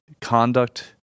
conduct